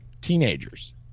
teenagers